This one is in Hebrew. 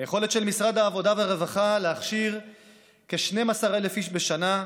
היכולת של משרד העבודה והרווחה להכשיר כ-12,000 איש בשנה,